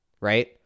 right